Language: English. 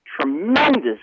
tremendous